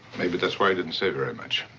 maybe that's why he didn't say very much.